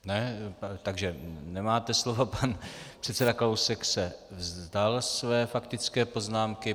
Ne, takže nemáte slovo, pan předseda Kalousek se vzdal své faktické poznámky.